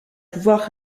pouvoir